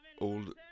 old